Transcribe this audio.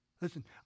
Listen